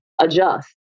adjust